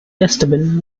esteban